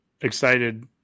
excited